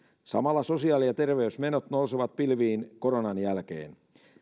samalla sosiaali ja terveysmenot nousevat pilviin koronan jälkeen